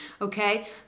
Okay